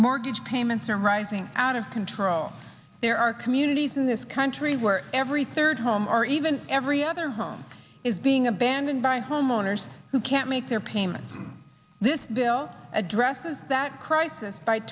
mortgage payments are rising out of control there are communities in this country where every third home or even every other home is being abandoned by homeowners who can't make their payments this bill addresses that crisis by